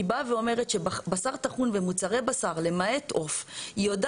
בכל